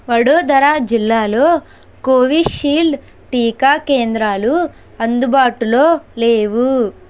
వడోదర జిల్లాలో కోవిషీల్డ్ టీకా కేంద్రాలు అందుబాటులో లేవు